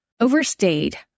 overstayed